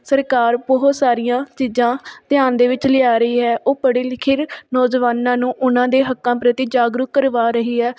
ਸਰਕਾਰ ਬਹੁਤ ਸਾਰੀਆਂ ਚੀਜ਼ਾਂ ਧਿਆਨ ਦੇ ਵਿੱਚ ਲਿਆ ਰਹੀ ਹੈ ਉਹ ਪੜ੍ਹੇ ਲਿਖੇ ਰ ਨੌਜਵਾਨਾਂ ਨੂੰ ਉਹਨਾਂ ਦੇ ਹੱਕਾਂ ਪ੍ਰਤੀ ਜਾਗਰੂਕ ਕਰਵਾ ਰਹੀ ਹੈ